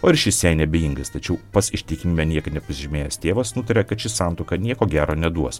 o ir šis jai neabejingas tačiau pats ištikimybe niekad nepasižymėjęs tėvas nutarė kad ši santuoka nieko gero neduos